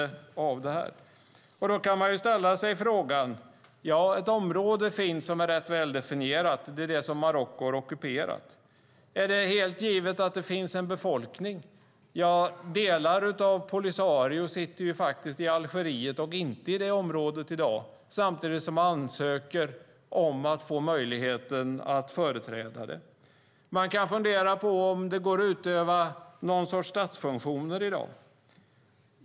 Man kan ställa sig några frågor. Det finns ett område som är rätt väldefinierat. Det är det som Marocko har ockuperat. Är det helt givet att det finns en befolkning? Delar av Polisario sitter i Algeriet och inte i detta område i dag. Samtidigt ansöker man om att få möjligheten att företräda det. Man kan fundera på om det går att utöva någon sorts statsfunktioner i dag.